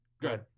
good